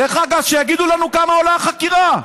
דרך אגב, שיגידו לנו כמה עולה החקירה.